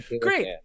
great